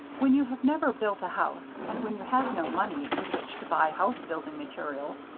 when you have never built a house and when you have no money with which to buy house-building materials,